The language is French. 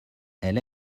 elle